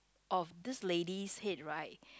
of this ladies head right